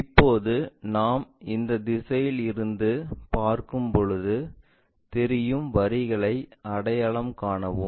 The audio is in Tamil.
இப்போது நாம் இந்த திசையில் இருந்து பார்க்கும் போது தெரியும் வரிகளை அடையாளம் காணவும்